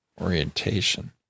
orientation